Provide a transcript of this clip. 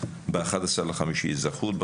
ב-11.5 אזרחות,